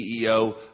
CEO